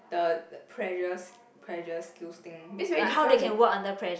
the pressure pressure skills thing that's very different